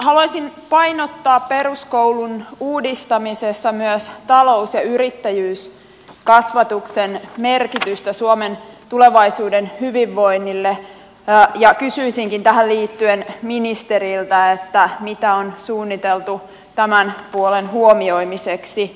haluaisin painottaa peruskoulun uudistamisessa myös talous ja yrittäjyyskasvatuksen merkitystä suomen tulevaisuuden hyvinvoinnille ja kysyisinkin tähän liittyen ministeriltä mitä on suunniteltu tämän puolen huomioimiseksi